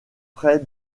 près